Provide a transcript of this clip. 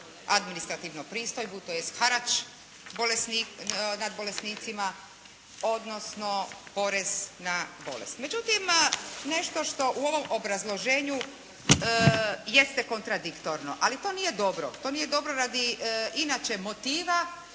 administrativnu pristojbu tj. harač nad bolesnicima odnosno porez na bolest. Međutim, nešto što u ovom obrazloženju jeste kontradiktorno. Ali to nije dobro, to nije dobro radi inače motiva